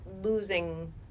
losing